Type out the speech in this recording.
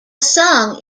song